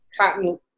cotton